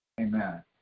Amen